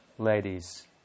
Ladies